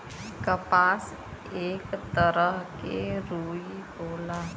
कपास एक तरह के रुई होला